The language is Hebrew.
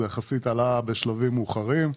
וזה עלה בשלבים מאוחרים יחסית.